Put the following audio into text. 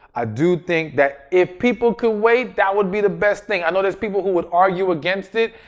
i do think that if people could wait that would be the best thing. i know there's people who would argue against it.